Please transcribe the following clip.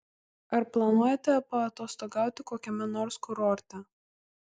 ar planuojate paatostogauti kokiame nors kurorte